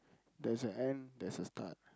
there's a end there's a start